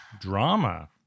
Drama